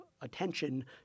attention